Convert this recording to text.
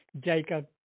Jacob